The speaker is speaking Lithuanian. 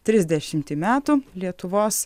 trisdešimtį metų lietuvos